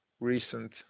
recent